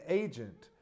agent